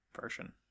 version